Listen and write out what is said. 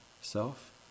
self